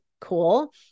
cool